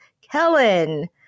Kellen